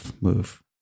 move